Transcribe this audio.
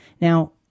Now